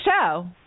show